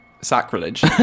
sacrilege